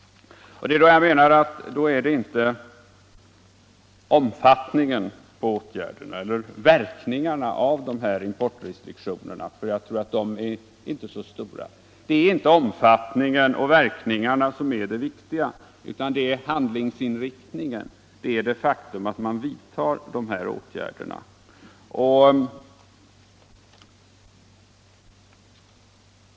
Då är det inte omfattningen på åtgärderna eller verkningarna av importrestriktionerna — jag tror inte att de blir så stora — som är det viktiga utan handlingsinriktningen, det faktum att man vidtar dessa åtgärder.